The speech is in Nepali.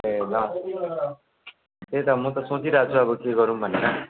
ए ल त्यही त म त सोचिरहेको छु अब के गरौँ भनेर